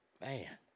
man